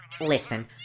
Listen